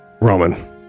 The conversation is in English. Roman